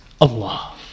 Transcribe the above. Allah